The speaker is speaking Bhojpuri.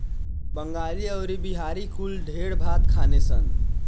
बंगाली अउरी बिहारी कुल ढेर भात खाने सन